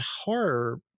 horror